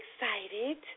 excited